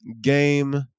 game